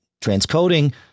transcoding